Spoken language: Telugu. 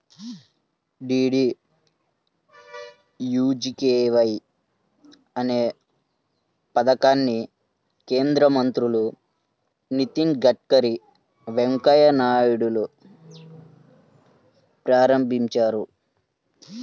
డీడీయూజీకేవై అనే పథకాన్ని కేంద్ర మంత్రులు నితిన్ గడ్కరీ, వెంకయ్య నాయుడులు ప్రారంభించారు